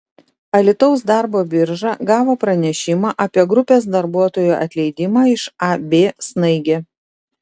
alytaus darbo birža gavo pranešimą apie grupės darbuotojų atleidimą iš ab snaigė